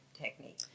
technique